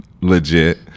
legit